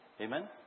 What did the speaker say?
Amen